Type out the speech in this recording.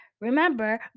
Remember